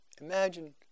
Imagine